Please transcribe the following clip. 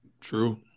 true